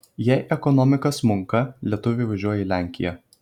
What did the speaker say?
jei ekonomika smunka lietuviai važiuoja į lenkiją